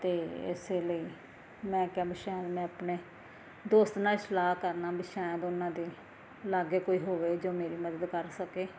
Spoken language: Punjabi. ਅਤੇ ਇਸੇ ਲਈ ਮੈਂ ਕਿਹਾ ਵੀ ਸ਼ਾਇਦ ਮੈਂ ਆਪਣੇ ਦੋਸਤ ਨਾਲ ਸਲਾਹ ਕਰ ਲਵਾਂ ਵੀ ਸ਼ਾਇਦ ਉਹਨਾਂ ਦੇ ਲਾਗੇ ਕੋਈ ਹੋਵੇ ਜੋ ਮੇਰੀ ਮਦਦ ਕਰ ਸਕੇ